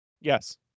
Yes